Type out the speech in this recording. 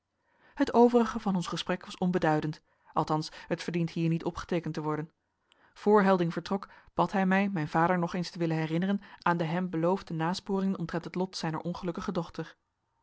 het overige van ons gesprek was onbeduidend althans het verdient hier niet opgeteekend te worden voor helding vertrok bad hij mij mijn vader nog eens te willen herinneren aan de hem beloofde nasporingen omtrent het lot zijner ongelukkige dochter